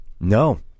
No